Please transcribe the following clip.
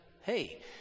hey